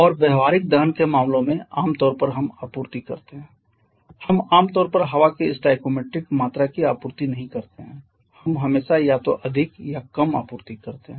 और व्यावहारिक दहन के मामलों में आमतौर पर हम आपूर्ति करते हैं हम आम तौर पर हवा की स्टोइकोमेट्रिक मात्रा की आपूर्ति नहीं करते हैं हम हमेशा या तो अधिक या कम आपूर्ति करते हैं